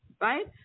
right